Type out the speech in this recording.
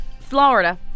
Florida